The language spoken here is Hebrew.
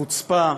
חוצפה